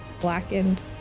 blackened